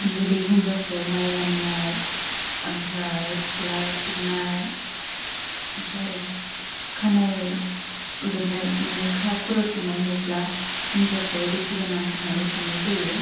जुदि हिन्जावखौ माइ लामनाय ओमफ्राय सित्ला सिबनाय ओमफ्राय खानाय लोबनाय माने खर' सुनाय नुब्ला हिन्जावखौ लोखि गोनां होन्नानै साननाय जायो